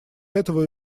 этого